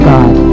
God